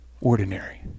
ordinary